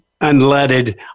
unleaded